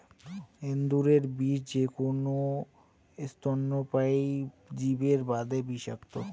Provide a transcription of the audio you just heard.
এন্দুরের বিষ যেকুনো স্তন্যপায়ী জীবের বাদে বিষাক্ত,